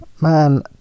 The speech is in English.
man